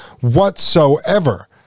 whatsoever